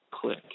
click